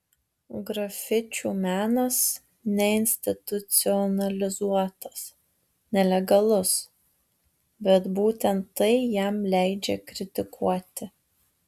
grafičių menas neinstitucionalizuotas nelegalus bet būtent tai jam leidžia kritikuoti